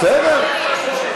--- בסדר.